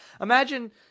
Imagine